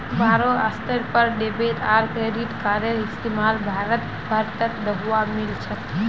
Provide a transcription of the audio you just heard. बोरो स्तरेर पर डेबिट आर क्रेडिट कार्डेर इस्तमाल भारत भर त दखवा मिल छेक